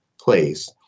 place